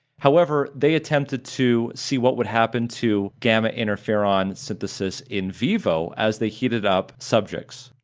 however, they attempted to see what would happen to gamma interferon synthesis in vivo as they heated up subjects,